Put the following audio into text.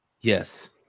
Yes